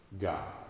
God